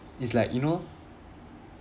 it's like you know